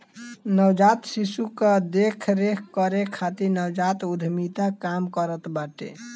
नवजात शिशु कअ देख रेख करे खातिर नवजात उद्यमिता काम करत बाटे